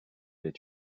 est